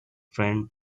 friend